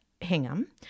Hingham